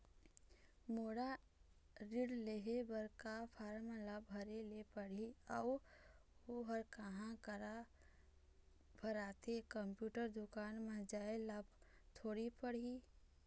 मोला ऋण लेहे बर का फार्म ला भरे ले पड़ही अऊ ओहर कहा करा भराथे, कंप्यूटर दुकान मा जाए ला थोड़ी पड़ही?